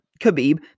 Khabib